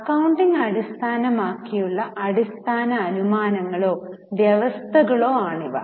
accounting അടിസ്ഥാനമാക്കിയുള്ള അടിസ്ഥാന അനുമാനങ്ങളോ വ്യവസ്ഥകളോ ആണ് ഇവ